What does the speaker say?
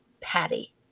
Patty